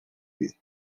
wie